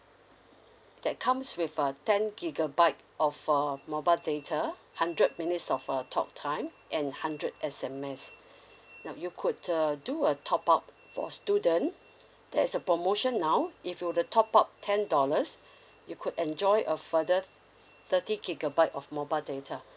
that comes with a ten gigabyte of err mobile data hundred minutes of uh talk time and hundred S_M_S now you could err do a top up for student there is a promotion now if you would to top up ten dollars you could enjoy a further thirty gigabyte of mobile data